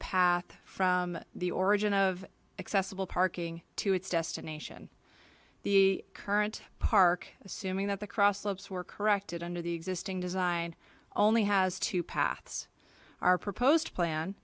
path from the origin of accessible parking to its destination the current park assuming that the cross slopes were corrected under the existing design only has two paths our proposed plan